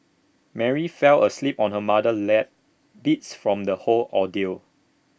Mary fell asleep on her mother's lap beats from the whole ordeal